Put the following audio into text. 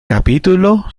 capítulo